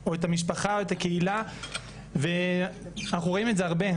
או את המשפחה או את הקהילה ואנחנו רואים את זה הרבה.